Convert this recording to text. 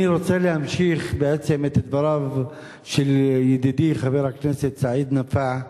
אני רוצה להמשיך בעצם את דבריו של ידידי חבר הכנסת סעיד נפאע.